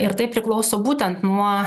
ir tai priklauso būtent nuo